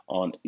on